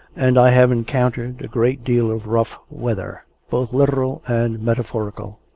and i have encountered a great deal of rough weather, both literal and metaphorical.